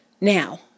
Now